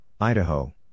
Idaho